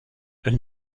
elle